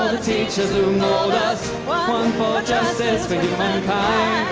teachers who mold us one for justice for humankind